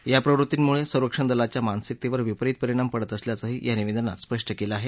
अशा प्रवृत्तींमुळे संरक्षण दलाच्या मानसिकतेवर विपरित परिणाम पडत असल्याचंही या निवेदनात स्पष्ट केलं गेलं आहे